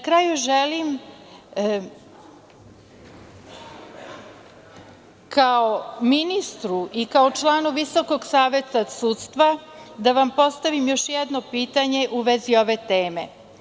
Kao ministru i kao članu Visokog saveta sudstva želim da vam postavim još jedno pitanje u vezi ove teme.